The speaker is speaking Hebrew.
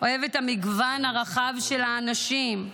אוהב את המגוון הרחב של האנשים,